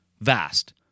Vast